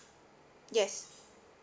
yes